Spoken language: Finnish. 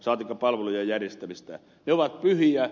ne ovat pyhiä